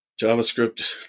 JavaScript